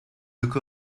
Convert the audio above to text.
look